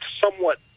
somewhat